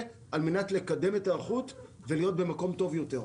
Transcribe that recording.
על-מנת לקדם את ההיערכות ולהיות במקום טוב יותר.